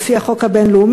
לפי החוק הבין-לאומי,